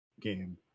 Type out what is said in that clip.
Game